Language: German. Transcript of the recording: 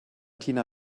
tina